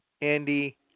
Andy